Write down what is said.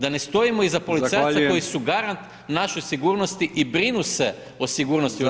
Da ne stojimo iza policajaca koji su garant u našoj sigurnosti i brinu se o sigurnosti u RH.